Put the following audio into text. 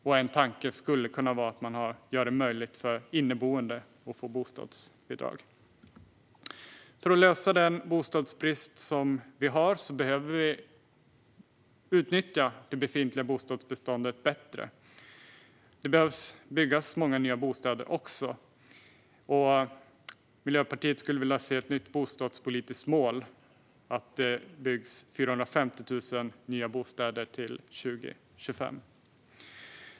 En tanke skulle kunna vara att man gör det möjligt för inneboende att få bostadsbidrag. För att komma till rätta med den bostadsbrist som vi har behöver vi utnyttja det befintliga bostadsbeståndet bättre. Det behöver också byggas många nya bostäder. Miljöpartiet skulle vilja se ett nytt bostadspolitiskt mål: att det byggs 450 000 nya bostäder till 2025.